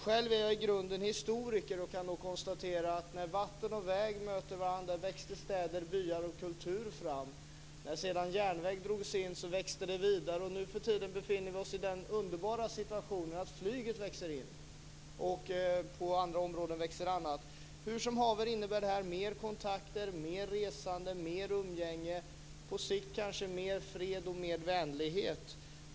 Själv är jag i grunden historiker och kan konstatera att när vatten och väg mötte varandra växte städer, byar och kultur fram. När sedan järnväg drogs in växte detta vidare. Nu för tiden befinner vi oss i den underbara situationen att flyget växer fram och på andra områden växer annat. Hur som haver innebär detta mer kontakter, mer resande, mer umgänge, på sikt kanske mer fred och mer vänlighet.